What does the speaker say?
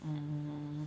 mm